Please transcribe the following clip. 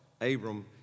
Abram